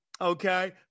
okay